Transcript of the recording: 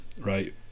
right